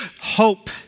hope